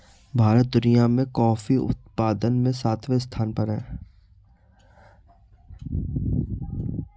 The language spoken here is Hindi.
भारत दुनिया में कॉफी उत्पादन में सातवें स्थान पर है